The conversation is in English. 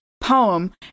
poem